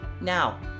Now